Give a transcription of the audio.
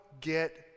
Get